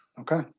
Okay